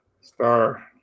Star